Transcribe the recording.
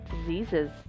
diseases